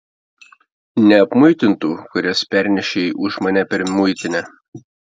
neapmuitintų kurias pernešei už mane per muitinę